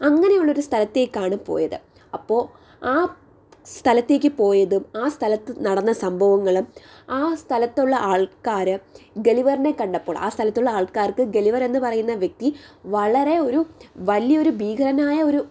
അങ്ങനെ ഉള്ള ഒരു സ്ഥലത്തേക്കാണ് പോയത് അപ്പോൾ ആ സ്ഥലത്തേക്ക് പോയതും ആ സ്ഥലത്തു നടന്ന സംഭവങ്ങളും ആ സ്ഥലത്തുള്ള ആൾക്കാർ ഗളിവറിനെ കണ്ടപ്പോൾ ആ സ്ഥലത്തുള്ള ആൾക്കാർക്ക് ഗളിവർ എന്ന് പറയുന്ന വ്യക്തി വളരെ ഒരു വലിയ ഒരു ഭീകരനായ ഒരു